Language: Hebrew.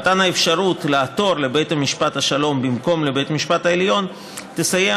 מתן האפשרות לעתור לבית משפט השלום במקום לבית המשפט העליון תסייע